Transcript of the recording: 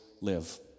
live